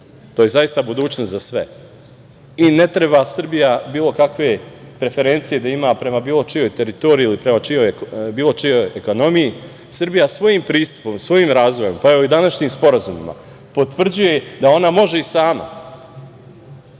To je zaista budućnost za sve. Ne treba Srbija bilo kakve preferencije da ima prema bilo čijoj teritoriji ili prema bilo čijoj ekonomiji. Srbija svojim pristupom, svojim razvojem, pa evo i današnjim sporazumima, potvrđuje da ona može i sama